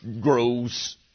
grows